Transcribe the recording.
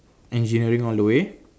engineering all the way